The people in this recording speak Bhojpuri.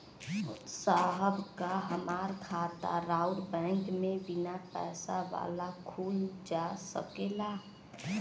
साहब का हमार खाता राऊर बैंक में बीना पैसा वाला खुल जा सकेला?